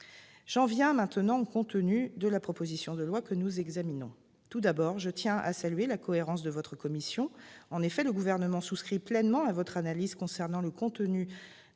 J'en viens maintenant au contenu de la proposition de loi que nous examinons. Tout d'abord, je tiens à saluer la cohérence de la commission des affaires sociales, dont le Gouvernement souscrit pleinement à l'analyse concernant le contenu